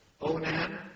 Onan